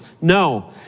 No